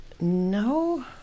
No